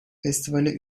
festivale